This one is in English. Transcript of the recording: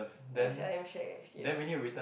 ya sia damn shag eh serious